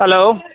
hello